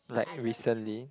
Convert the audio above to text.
like recently